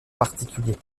particulier